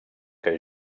que